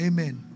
Amen